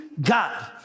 God